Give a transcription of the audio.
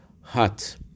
hut